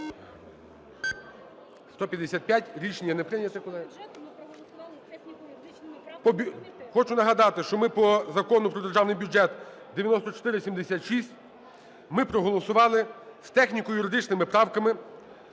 За-155 Рішення не прийнято, колеги. Хочу нагадати, що ми по Закону про Державний бюджет (9476) проголосували з техніко-юридичними правками,